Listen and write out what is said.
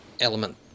element